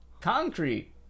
concrete